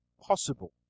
possible